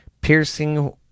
piercing